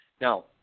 Now